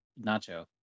Nacho